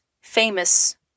famous